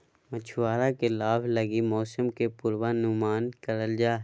मछुआरा के लाभ लगी मौसम के पूर्वानुमान करल जा हइ